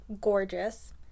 gorgeous